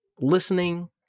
listening